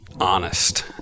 honest